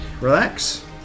relax